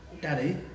Daddy